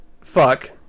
Fuck